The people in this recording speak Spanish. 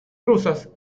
rusas